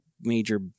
major